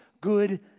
good